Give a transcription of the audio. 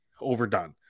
overdone